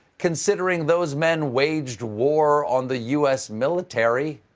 considering those men waged war on the u s. military.